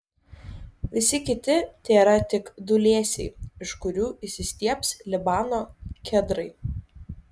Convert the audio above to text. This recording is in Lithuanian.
visi kiti tėra tik dūlėsiai iš kurių išsistiebs libano kedrai